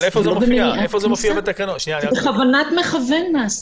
זה נעשה בכוונת מכוון.